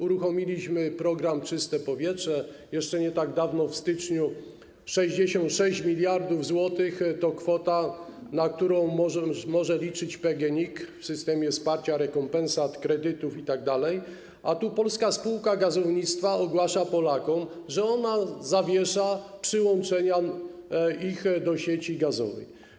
Uruchomiliśmy program ˝Czyste powietrze˝, jeszcze nie tak dawno, w styczniu, 66 mld zł to kwota, na którą może liczyć PGNiG, w systemie wsparcia, rekompensat, kredytów itd., a tu Polska Spółka Gazownictwa ogłasza Polakom, że ona zawiesza przyłączenia ich do sieci gazowych.